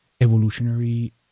evolutionary